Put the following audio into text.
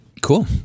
Cool